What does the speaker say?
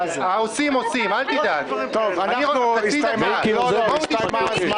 חצי דקה, בואו נשמע: